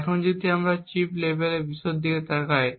এখন যদি আমরা চিপ লেভেলের বিশদটির দিকে তাকাই